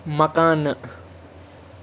مکانہٕ